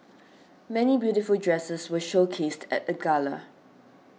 many beautiful dresses were showcased at the gala